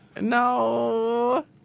No